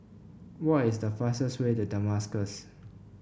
what is the fastest way to Damascus